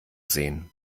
sehen